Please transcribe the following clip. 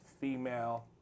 female